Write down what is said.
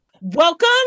Welcome